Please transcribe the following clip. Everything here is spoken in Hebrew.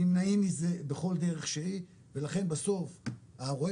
נמנעים מזה בכל דרך שהיא ולכן בסוף רואה